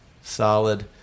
solid